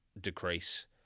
decrease